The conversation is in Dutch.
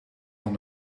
van